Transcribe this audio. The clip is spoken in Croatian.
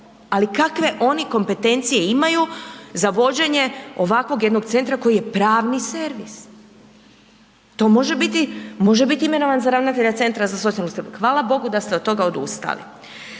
ali kakve oni kompetencije imaju za vođenje ovakvog jednog centra koji je pravni servis? To može biti imenovan za ravnatelja CZSS-a, hvala bogu da ste od toga odustali.